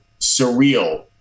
surreal